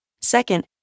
Second